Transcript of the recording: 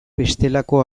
bestelako